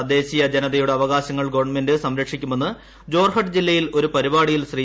തദ്ദേശീയ ജനതയുടെ അവകാശങ്ങൾ ഗവൺമെന്റ് സംരക്ഷിക്കുമെന്ന് ജോർഹട്ട് ജില്ലയിൽ ഒരു പരിപാടിയിൽ ശ്രീ